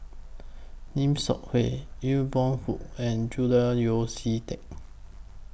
Lim Seok Hui Aw Boon Haw and Julian Yeo See Teck